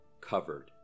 covered